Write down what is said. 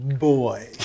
Boy